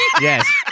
yes